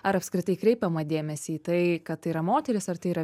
ar apskritai kreipiama dėmesį į tai kad tai yra moteris ar tai yra